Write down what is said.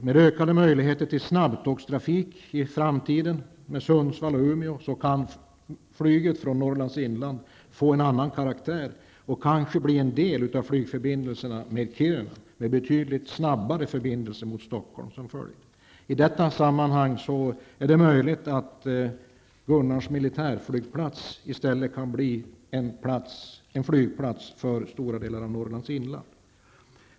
Om det i framtiden blir ökade möjligheter till snabbtågstrafik mellan Sundsvall och Umeå kan flyget från Norrlands inland få en annan karaktär och kanske bli en del av flygförbindelserna med Kiruna, med betydligt snabbare förbindelser med Stockholm som följd. I detta sammanhang är det möjligt att Gunnarns militärflygplats i stället kan bli en flygplats för stora delar av Norrlands inland.